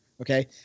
Okay